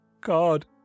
God